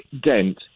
dent